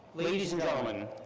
ladies and gentlemen,